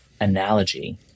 analogy